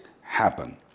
happen